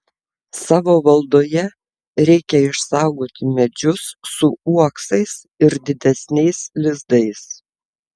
savo valdoje reikia išsaugoti medžius su uoksais ir didesniais lizdais